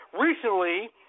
Recently